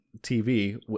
TV